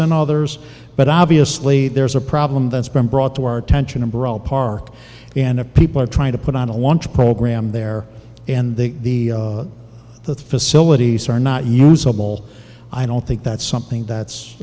all others but obviously there's a problem that's been brought to our attention a brawl park and a people are trying to put on a lunch program there and the the facilities are not usable i don't think that's something that's